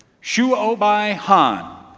shu obi han